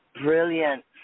brilliant